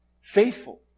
faithful